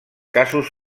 casos